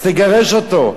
אז תגרש אותו.